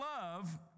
love